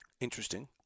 interesting